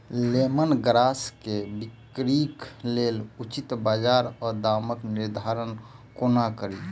Lemon grass केँ बिक्रीक लेल उचित बजार आ दामक निर्धारण कोना कड़ी?